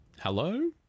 Hello